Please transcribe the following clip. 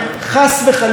כבוד היושב-ראש,